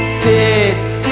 sits